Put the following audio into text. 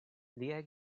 liaj